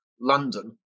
London